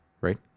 Right